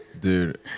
Dude